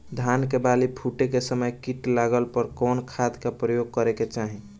धान के बाली फूटे के समय कीट लागला पर कउन खाद क प्रयोग करे के चाही?